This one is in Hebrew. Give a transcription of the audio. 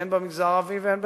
הן במגזר הערבי והן בכלל.